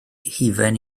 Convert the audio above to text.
hufen